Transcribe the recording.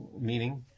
Meaning